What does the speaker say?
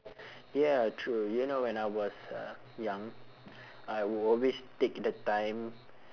ya true do you know when I was uh young I would always take the time